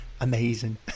Amazing